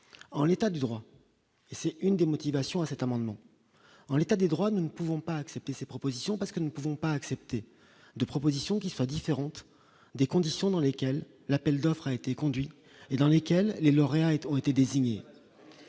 en l'état de droit et c'est une des motivations à cet amendement en l'état des droits, nous ne pouvons pas accepter ces propositions parce que nous ne pouvons pas accepter de propositions qui soient différentes des conditions dans lesquelles l'appel d'offres a été conduit, et dans lesquels les lauréats ont été désignés